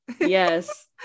yes